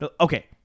okay